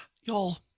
y'all